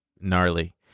Gnarly